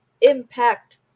Impact